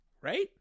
right